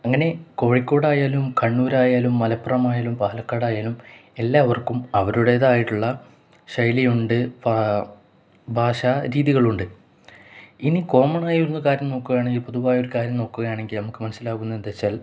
അങ്ങനെ കോഴിക്കോടായാലും കണ്ണൂരായാലും മലപ്പുറമായാലും പാലക്കാടായാലും എല്ലാവർക്കും അവരുടേതായിട്ടുള്ള ശൈലിയുണ്ട് ഭാഷാ രീതികളുണ്ട് ഇനി കോമണായൊരു കാര്യം നോക്കുകയാണെങ്കില് പൊതുവായ ഒരു കാര്യം നോക്കുകയാണെങ്കില് നമുക്കു മനസ്സിലാവകുന്നതെന്താണെന്നുവച്ചാൽ